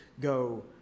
go